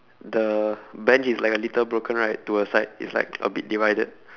the bench is like a little broken right to a side it's like a bit divided